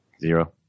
Zero